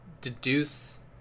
deduce